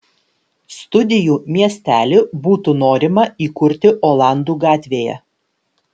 studijų miestelį būtų norima įkurti olandų gatvėje